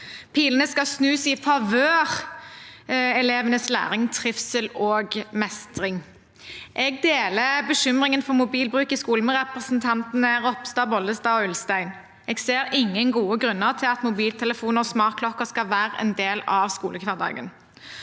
Pilene skal snus i favør av elevenes læring, trivsel og mestring. Jeg deler bekymringen for mobilbruk i skolen med representantene Ropstad, Bollestad og Ulstein. Jeg ser ingen gode grunner til at mobiltelefoner og smartklokker skal være en del av skolehverdagen.